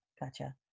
Gotcha